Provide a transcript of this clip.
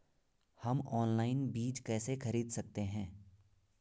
हम ऑनलाइन बीज कैसे खरीद सकते हैं?